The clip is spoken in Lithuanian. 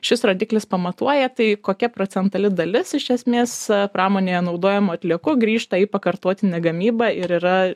šis rodiklis pamatuoja tai kokia procentali dalis iš esmės pramonėje naudojamų atliekų grįžta į pakartotinę gamybą ir yra